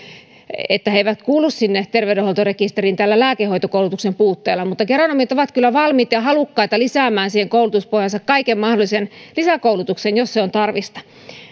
että he eivät kuulu sinne terveydenhuoltorekisteriin monesti juurikin perustellaan tällä lääkehoitokoulutuksen puutteella mutta geronomit ovat kyllä valmiita ja halukkaita lisäämään siihen koulutuspohjaansa kaiken mahdollisen lisäkoulutuksen jos on tarvista